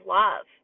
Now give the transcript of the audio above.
love